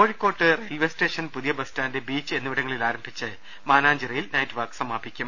കോഴിക്കോട്ട് railway station പുതിയ bus stand beach എന്നി വിടങ്ങളിൽ ആരംഭിച്ച് മാനാഞ്ചിറയിൽ നൈറ്റ് വാക്ക് സമാപിക്കും